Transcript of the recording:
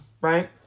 right